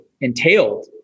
entailed